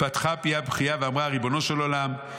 "ופתחה פיה בבכייה ואמרה: ריבונו של עולם,